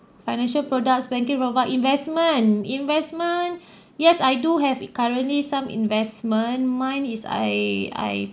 financial products banking product investment investment yes I do have currently some investment mine is I I